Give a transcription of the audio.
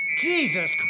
jesus